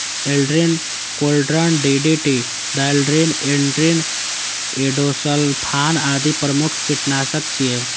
Aldrin, chlordane, DDT, dieldrin, endrin, endosulfan आदि प्रमुख कीटनाशक छियै